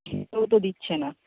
সেও তো দিচ্ছে না